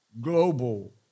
global